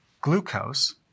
glucose